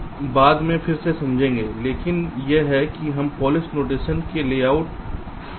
इसलिए हम बाद में फिर से समझाएंगे लेकिन यह है कि हम पॉलिश नोटेशन में एक लेआउट कैसे व्यक्त कर सकते हैं